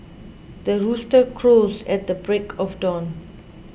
the rooster crows at the break of dawn